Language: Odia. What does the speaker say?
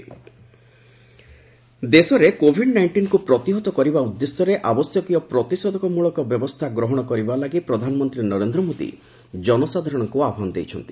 ପିଏମ୍ କୋଭିଡ ନାଇଣ୍ଟିନ୍ ଦେଶରେ କୋଭିଡ ନାଇଷ୍ଟିନ୍କୁ ପ୍ରତିହତ କରିବା ଉଦ୍ଦେଶ୍ୟରେ ଆବଶ୍ୟକୀୟ ପ୍ରତିଶେଧମୂଳକ ବ୍ୟବସ୍ଥା ଗ୍ରହଣ କରିବା ଲାଗି ପ୍ରଧାନମନ୍ତ୍ରୀ ନରେନ୍ଦ୍ର ମୋଦି ଜନସାଧାରଣଙ୍କୁ ଆହ୍ୱାନ ଦେଇଛନ୍ତି